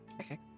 Okay